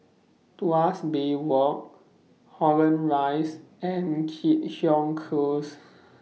Tuas Bay Walk Holland Rise and Keat Hong Close